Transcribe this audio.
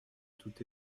tout